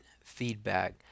feedback